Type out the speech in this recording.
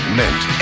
meant